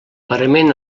parament